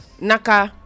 Naka